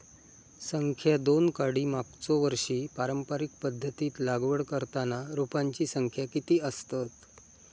संख्या दोन काडी मागचो वर्षी पारंपरिक पध्दतीत लागवड करताना रोपांची संख्या किती आसतत?